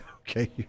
Okay